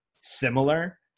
similar